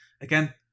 Again